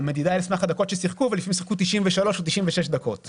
המדידה היא על סמך הדקות ששיחקו ולפעמים שיחקו 93 או 96 דקות.